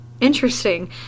interesting